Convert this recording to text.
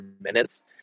minutes